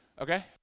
okay